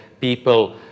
people